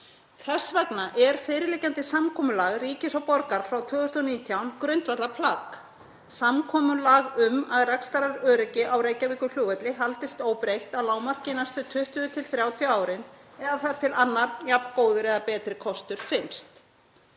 Þess vegna er fyrirliggjandi samkomulag ríkis og borgar frá 2019 grundvallarplagg; samkomulag um að rekstraröryggi á Reykjavíkurflugvelli haldist óbreytt að lágmarki næstu 20–30 árin eða þar til annar jafn góður eða betri kostur finnst.